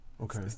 Okay